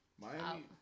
Miami